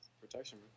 protection